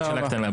רק שאלה קטנה,